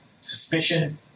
suspicion